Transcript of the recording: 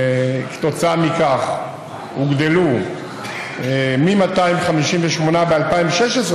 כתוצאה מכך הם הוגדלו מ-258 ב-2016,